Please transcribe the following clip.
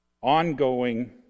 ongoing